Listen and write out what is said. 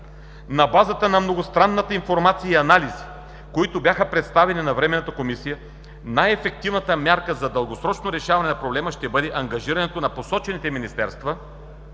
На базата на многостранната информация и анализи, които бяха представени на Временната комисия, най-ефективната мярка за дългосрочното решаване на проблема ще бъде ангажирането на посочените министерства,